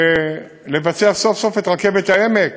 לבצע סוף-סוף את רכבת העמק